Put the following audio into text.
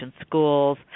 schools